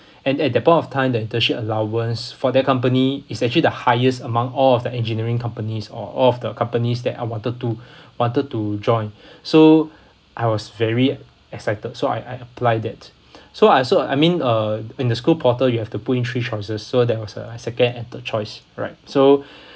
and at that point of time the internship allowance for that company is actually the highest among all of the engineering companies or of the companies that I wanted to wanted to join so I was very excited so I I applied that so I so I mean uh in the school portal you have to put in three choices so there was a second and third choice right so